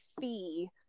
fee